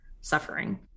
suffering